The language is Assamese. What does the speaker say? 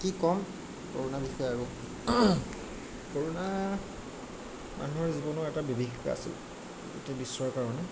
কি ক'ম কৰোণাৰ বিষয়ে আৰু কৰোণা মানুহৰ জীৱনৰ এটা বিভীষিকা আছিল গোটেই বিশ্বৰ কাৰণে